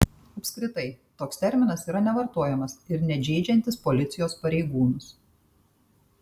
apskritai toks terminas yra nevartojamas ir net žeidžiantis policijos pareigūnus